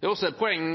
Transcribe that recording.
Det er også et poeng